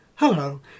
Hello